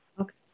okay